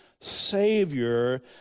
Savior